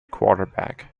quarterback